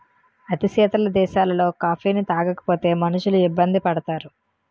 అతి శీతల దేశాలలో కాఫీని తాగకపోతే మనుషులు ఇబ్బంది పడతారు